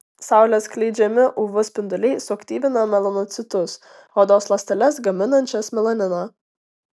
saulės skleidžiami uv spinduliai suaktyvina melanocitus odos ląsteles gaminančias melaniną